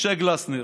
משה גלסנר,